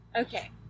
Okay